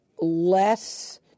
less